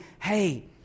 hey